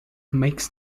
makes